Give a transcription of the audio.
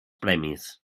premis